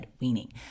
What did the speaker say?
weaning